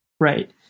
Right